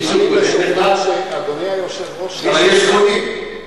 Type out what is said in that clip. אני משוכנע, אדוני היושב-ראש, אבל יש קונים.